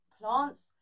plants